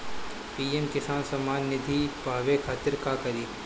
PM Kisan Samman Nidhi पावे खातिर का करी?